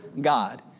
God